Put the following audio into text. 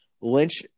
Lynch